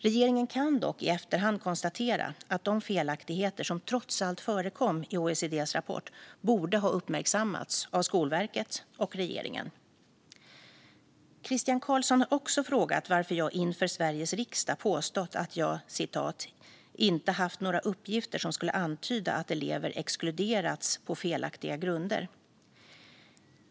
Regeringen kan dock i efterhand konstatera att de felaktigheter som trots allt förekom i OECD:s rapport borde ha uppmärksammats av Skolverket och regeringen. Christian Carlsson har också frågat varför jag inför Sveriges riksdag påstått att jag inte haft några uppgifter som skulle antyda att elever exkluderats på felaktiga grunder.